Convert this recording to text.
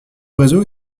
réseau